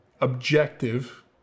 objective